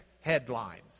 headlines